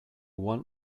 want